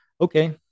okay